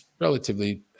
relatively